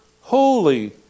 holy